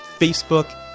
Facebook